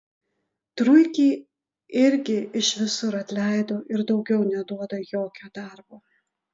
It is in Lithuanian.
truikį irgi iš visur atleido ir daugiau neduoda jokio darbo